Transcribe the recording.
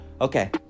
Okay